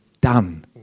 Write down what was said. done